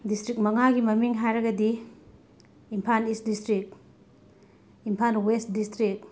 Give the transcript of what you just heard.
district ꯃꯉꯥꯒꯤ ꯃꯃꯤꯡ ꯍꯥꯏꯔꯒꯗꯤ Imphal east district Imphal west district